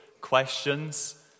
questions